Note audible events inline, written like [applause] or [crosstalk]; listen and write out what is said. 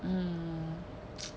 um [noise]